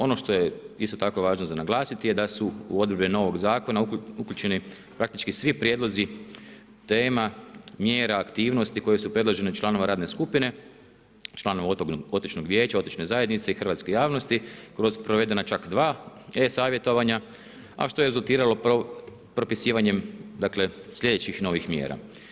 Ono što je isto tako važno za naglasiti je da su u odredbe novog zakona uključeni praktički svi prijedlozi tema, mjera, aktivnosti koje su predložene od članova radne skupine, članova otočnog vijeća, otočne zajednice i hrvatske javnosti kroz provedena čak dva e-savjetovanja a što je rezultiralo propisivanjem dakle sljedećih novih mjera.